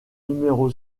numéro